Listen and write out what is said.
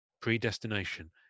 predestination